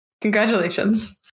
Congratulations